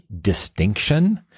distinction